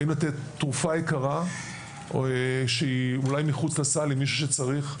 האם לתת תרופה יקרה שאולי מחוץ לסל למי שצריך,